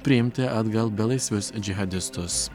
priimti atgal belaisvius džihadistus